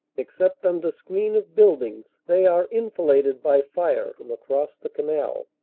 except under screen of buildings they are enfiladed by fire from across the canal.